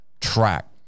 track